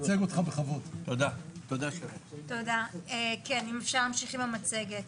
אם אפשר להמשיך עם המצגת.